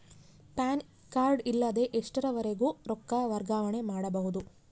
PAN card ಇಲ್ಲದ ಎಷ್ಟರವರೆಗೂ ರೊಕ್ಕ ವರ್ಗಾವಣೆ ಮಾಡಬಹುದು?